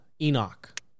Enoch